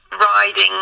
riding